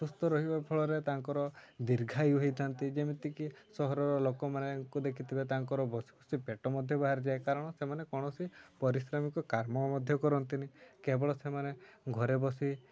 ସୁସ୍ଥ ରହିବା ଫଳରେ ତାଙ୍କର ଦୀର୍ଘାୟୁ ହୋଇଥାନ୍ତି ଯେମିତିକି ସହରର ଲୋକମାନଙ୍କୁ ଦେଖିଥିବେ ତାଙ୍କର ବସ ବସି ପେଟ ମଧ୍ୟ ବାହାରିଯାଏ କାରଣ ସେମାନେ କୌଣସି ପାରିଶ୍ରମିକ କର୍ମ ମଧ୍ୟ କରନ୍ତିନି କେବଳ ସେମାନେ ଘରେ ବସି